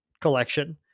collection